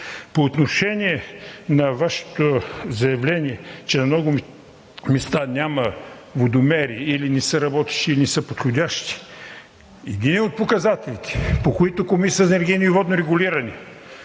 По отношение на Вашето заявление, че на много места няма водомери – или не са работещи, или не са подходящи. Единият от показателите, по които Комисията за енергийно и водно регулиране